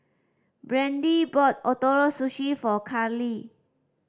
Brande bought Ootoro Sushi for Carlie